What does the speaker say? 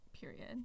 Period